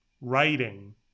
writing